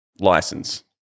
license